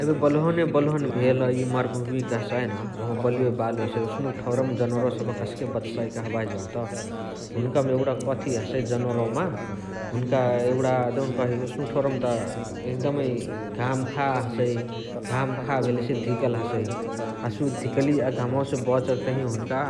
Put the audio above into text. एबे बलुहने बलुहन भेल इ मरभुमी कहसाइन ओहवा बलुवे बालु हसइ ओसनुक ठौरमा सबह कसके बचसाइ कहबाही जौत हुनुकामा एगुणा कथी हसइ जनोरवमा हुनुका एगुणा देउनकही ओसनुक ठौरमा त एकदमै घाम खा हसइ । घाम खा भेलेसे धिकल हसइ । हसे उ धिकाली हसे घमवसे बचके तहिया हुनुका